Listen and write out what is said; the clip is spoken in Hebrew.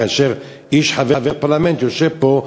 כאשר איש חבר פרלמנט יושב פה,